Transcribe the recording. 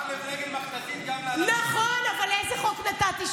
גם נגד אנשים, נכון, אבל איזה חוק נתתי?